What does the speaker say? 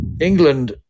England